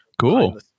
cool